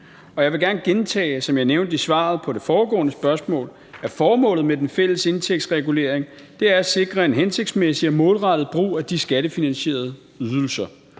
Jeg vil gerne gentage det, som jeg nævnte i svaret på det foregående spørgsmål, nemlig at formålet med den fælles indtægtsregulering er at sikre en hensigtsmæssig og målrettet brug af de skattefinansierede ydelser.